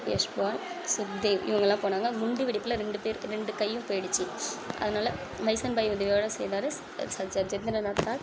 யஷ்பால் சுக்தேவ் இவங்கல்லாம் போனாங்கள் குண்டு வெடிப்பில் ரெண்டு பேருக்கு ரெண்டு கையும் போயிடுச்சு அதனால் பைசன்பாய் உதவியோட செய்தார் ச சஜ் ஜதேந்திரநாத் தாஸ்